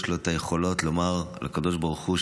יש לו את היכולות לומר לקדוש ברוך הוא,